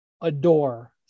adore